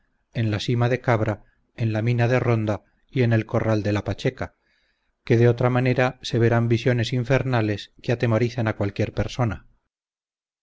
en la sima de cabra en la mina de ronda y en el corral de la pacheca que de otra manera se verán visiones infernales que atemorizan a cualquiera persona